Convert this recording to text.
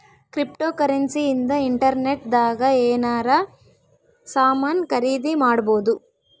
cryptocurrency ಇಂದ internet ದಾಗ ಎನಾರ ಸಾಮನ್ ಖರೀದಿ ಮಾಡ್ಬೊದು